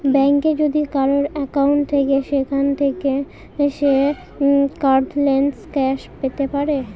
ব্যাঙ্কে যদি কারোর একাউন্ট থাকে সেখান থাকে সে কার্ডলেস ক্যাশ পেতে পারে